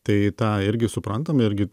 tai tą irgi suprantam irgi